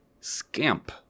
Scamp